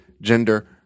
gender